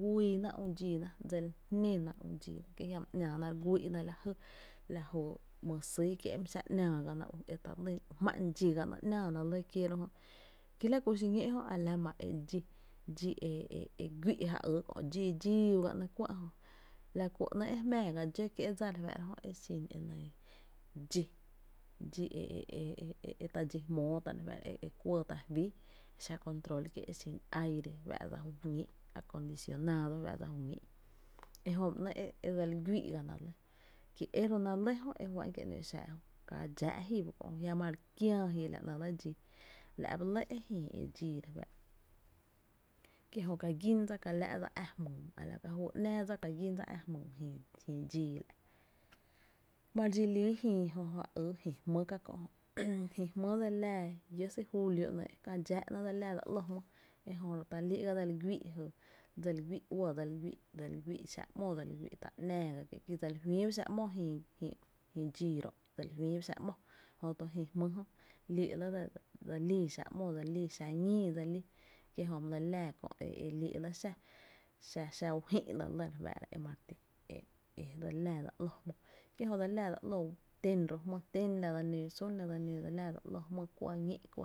güiina ü’ dxiina, dse jnéna ü’ dxiina kie jiama ‘nⱥⱥna re guí’na lajy lajy ‘myy’ sýy a jiama ‘nⱥⱥ ga na ú, jmá’n dxi ga ‘nɇ’náána ujö ki la ku xiñó’ jö a la ma e dxí e e güi’ e ja yy dxi dxii by ga’nɇ’ kuɇ ejö la ku ‘nɇɇ’ e jmaa ga dxó kié’ dsa re fá’ara jö e xin dxí e e e ta dxi jmóo tá’ refáá’ra jö e kuɇɇta’ fí e xa control kie’ e xin aire acondicionado fa’ dsa ju ñíi’ ejö ba ‘nɇɇ’ e dse li güii’ gana lɇ ki e ro ‘náá’ lɇ jö juá’n kie ‘no xa ejö b Nɇɇ’ e dse li güii ga ná, ki ero náá’ lɇ jö juá’n kie’ ‘no xa ejö jua’n kie’ ‘no dse li gUii’na, ki ka dxáá’ ji e la ‘nɇɇ’ lɇ dxii la’ ba lɇ e Jii E dxii re fáá’ra kie’ jö ka gín dsa ka láá’ dsa ä’ jmyy al al ka juy ‘nⱥⱥ dsa ka gín dsa ä’ jmyy e jïï dxii la’ mare dxi lii jïï jö, ja yy jy jmý ka kö jö, jï jmý dse li laa syy julio, ‘nɇɇ, kää dxá’ syy’ julio ‘nɇ’ ejö ro’ talii’ ga dse li güii’ jy, dse li güii’ uɇ dseli güii’, dse li güi’ xá’ ‘mo dse li güii’, ta ‘náá ga kié’, ki dse li fÿÿ ba xáa’ ‘mo la ku jïï dxii ro’ dse li fÿÿ ba xáá’ ‘mo jö tu jïu jmý jö lii lɇ dse lii xá’ ‘mo dse lii xáá’ ñii dse lii, kie’ jö my lɇ laa kö’ e lii lɇ xa xa uJí’ le lɇ re fá’ra e ma re ti e dse li laa dse ‘ló jmý kie’ jö dse li laa dse ‘lo tén ro’ jmý tern sún la dse nóo dse li laa dse ‘lo jmý kuɇ ñí’ kuɇ,